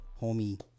homie